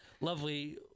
lovely